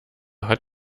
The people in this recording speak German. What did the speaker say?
hat